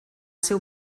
seu